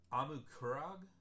amukurag